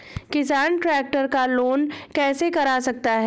किसान ट्रैक्टर का लोन कैसे करा सकता है?